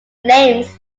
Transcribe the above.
names